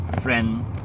friend